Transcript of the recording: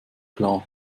klar